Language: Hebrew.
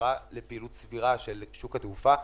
לחזרה לפעילות סבירה של שוק התעופה,